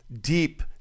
deep